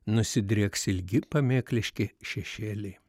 nusidrieks ilgi pamėkliški šešėliai